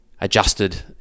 adjusted